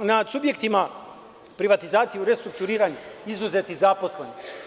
nad subjektima privatizacije u restrukturiranju izuzeti zaposleni.